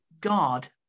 God